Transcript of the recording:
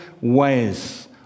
ways